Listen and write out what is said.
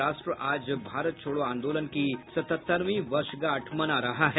और राष्ट्र आज भारत छोड़ो आंदोलन की सतहत्तरवीं वर्षगांठ मना रहा है